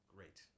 Great